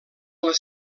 les